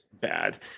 bad